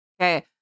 okay